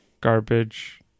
Garbage